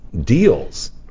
deals